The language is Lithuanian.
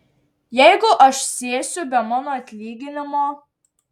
jeigu aš sėsiu be mano atlyginimo